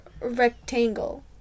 rectangle